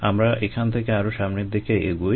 আমরা এখান থেকে আরো সামনের দিকে এগোই